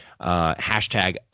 Hashtag